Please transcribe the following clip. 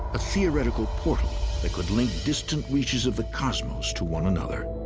a theoretical portal that could link distant reaches of the cosmos to one another.